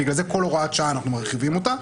ולכן אנחנו מרחיבים כל הוראת שעה,